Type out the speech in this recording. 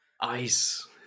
Ice